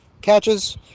catches